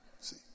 See